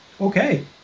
Okay